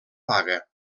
paga